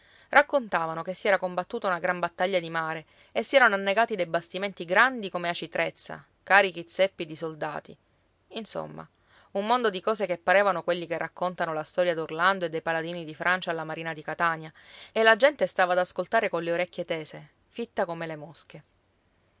raccontavano che si era combattuta una gran battaglia di mare e si erano annegati dei bastimenti grandi come aci trezza carichi zeppi di soldati insomma un mondo di cose che parevano quelli che raccontano la storia d'orlando e dei paladini di francia alla marina di catania e la gente stava ad ascoltare colle orecchie tese fitta come le mosche